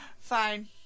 Fine